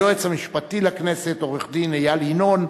ליועץ המשפטי לכנסת עורך-דין איל ינון,